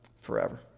forever